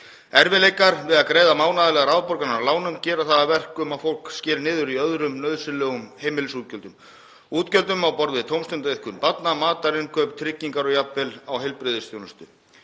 Erfiðleikar við að greiða mánaðarlegar afborganir af lánum gera það að verkum að fólk sker niður í öðrum nauðsynlegum heimilisútgjöldum, útgjöldum í tómstundaiðkun barna, matarinnkaup, tryggingar og jafnvel heilbrigðisþjónustu.